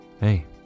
hey